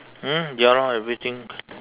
mm ya lor everything